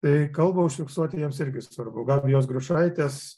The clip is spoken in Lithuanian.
tai kalba užfiksuoti jiems irgi svarbu gabijos grušaitės